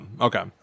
okay